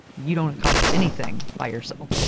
you don't accomplish anything by yourself.